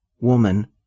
Woman